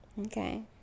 Okay